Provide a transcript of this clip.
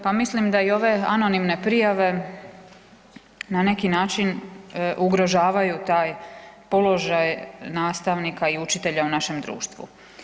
Pa mislim da i ove anonimne prijave na neki način ugrožavaju taj položaj nastavnika i učitelja u našem društvu.